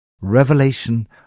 Revelation